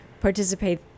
participate